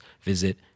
visit